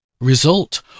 Result